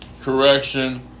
correction